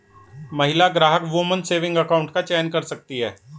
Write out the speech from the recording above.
महिला ग्राहक woman saving account का चयन कर सकती है